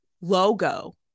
logo